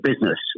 business